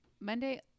monday